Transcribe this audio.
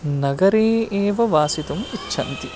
नगरे एव वसितुम् इच्छन्ति